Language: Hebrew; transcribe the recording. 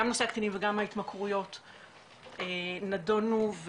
וגם נושא ההתמכרויות נדונו,